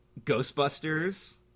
Ghostbusters